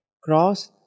cross